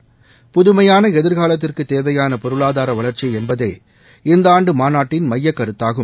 புதுமையான எதிர்காலத்திற்கு தேவையான பொருளாதார வளர்ச்சி என்பதே இந்த ஆண்டு மாநாட்டின் மையக்கருத்தாகும்